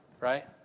right